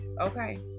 okay